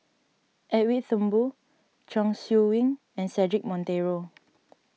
Edwin Thumboo Chong Siew Ying and Cedric Monteiro